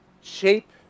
shape